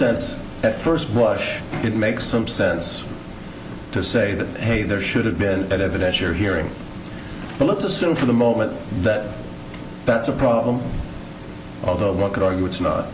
sense at first blush it makes some sense to say that hey there should have been that evidence you're hearing but let's assume for the moment that that's a problem although both could argue it's not